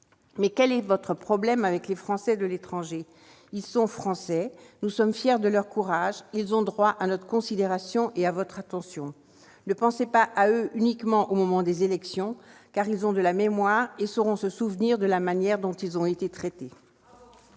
Mais quel est votre problème avec les Français de l'étranger ? Ils sont avant tout français, et nous sommes fiers de leur courage. Ils ont droit à notre considération et à votre attention. Ne pensez pas à eux uniquement au moment des élections, car ils ont de la mémoire et sauront se souvenir de la manière dont ils ont été traités